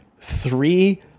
three